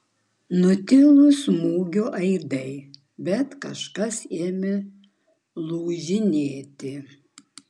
nutilo smūgio aidai bet kažkas ėmė lūžinėti